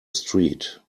street